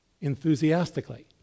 enthusiastically